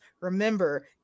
Remember